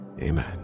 Amen